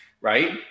Right